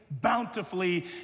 bountifully